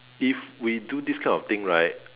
if we do this kind of thing right